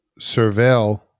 surveil